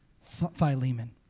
Philemon